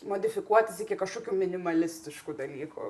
modifikuotis iki kažkokių minimalistiškų dalykų